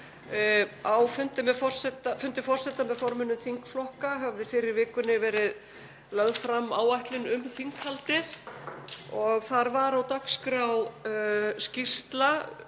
Á fundi forseta með formönnum þingflokka hafði fyrr í vikunni verið lögð fram áætlun um þinghaldið og þar var á dagskrá skýrsla